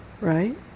right